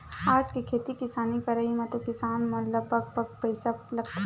आज के खेती किसानी करई म तो किसान मन ल पग पग म पइसा लगथे